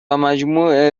مجموع